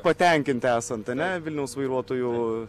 patenkinti esant ane vilniaus vairuotojų